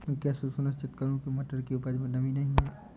मैं कैसे सुनिश्चित करूँ की मटर की उपज में नमी नहीं है?